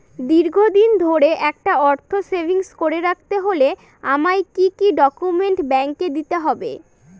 দীর্ঘদিন ধরে একটা অর্থ সেভিংস করে রাখতে হলে আমায় কি কি ডক্যুমেন্ট ব্যাংকে দিতে হবে?